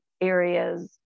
areas